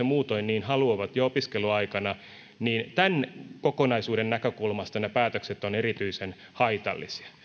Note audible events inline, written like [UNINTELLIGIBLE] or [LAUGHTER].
[UNINTELLIGIBLE] muutoin niin haluavat jo opiskeluaikana tämän kokonaisuuden näkökulmasta ne päätökset ovat erityisen haitallisia